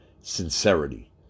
sincerity